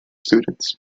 students